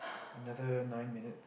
another nine minute